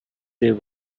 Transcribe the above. there